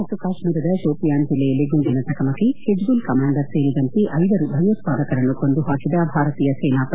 ಜಮ್ನು ಮತ್ತು ಕಾಶ್ಮೀರದ ಶೋಪಿಯಾನ್ ಜಿಲ್ಲೆಯಲ್ಲಿ ಗುಂಡಿನ ಚಕಮಕಿ ಹಿಜ್ಬುಲ್ ಕಮ್ನಾಂಡರ್ ಸೇರಿದಂತೆ ಐವರು ಭಯೋತ್ವಾದಕರನ್ನು ಕೊಂದು ಹಾಕಿದ ಭಾರತೀಯ ಸೇನಾಪಡೆ